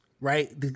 right